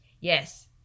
Yes